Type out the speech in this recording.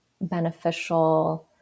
beneficial